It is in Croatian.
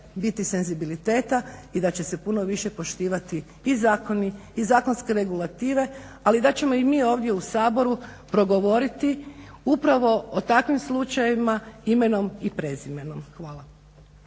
biti senzibiliteta i da će se puno više poštivati i zakoni i zakonske regulative, ali da ćemo i mi ovdje u Saboru progovoriti upravo o takvim slučajevima imenom i prezimenom. Hvala.